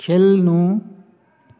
खेल्नु